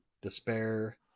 despair